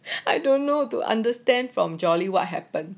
I don't know to understand from jolly what happen